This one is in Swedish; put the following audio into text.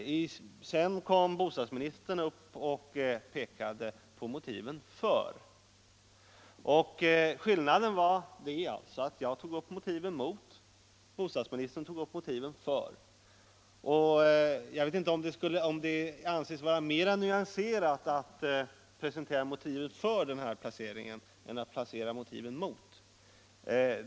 Sedan kom bostadsministern upp och pekade på motiven för. Jag vet inte om det anses vara mera nyanserat att presentera motiven för den här placeringen än att presentera motiven mot.